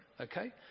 Okay